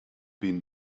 been